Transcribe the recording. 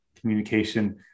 communication